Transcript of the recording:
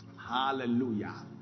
Hallelujah